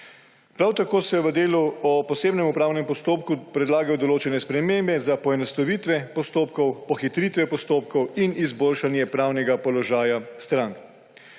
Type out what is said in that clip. Prav tako se v delu o posebnem upravnem postopku predlagajo določene spremembe za poenostavitve postopkov, pohitritve postopkov in izboljšanje pravnega položaja strank.